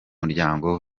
muryango